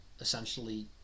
essentially